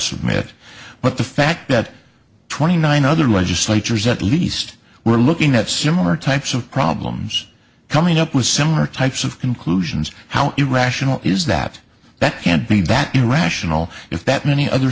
submit but the fact that twenty nine other legislatures at least were looking at similar types of problems coming up with similar types of conclusions how irrational is that that can't be that irrational if that many other